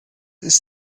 ist